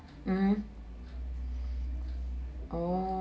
mm oh